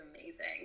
amazing